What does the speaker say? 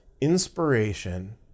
inspiration